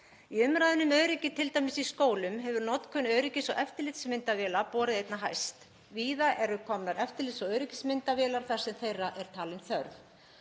Í umræðunni um öryggi t.d. í skólum hefur notkun öryggis- og eftirlitsmyndavéla borið einna hæst. Víða eru komnar eftirlits- og öryggismyndavélar þar sem þeirra er talin þörf.